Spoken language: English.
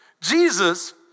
Jesus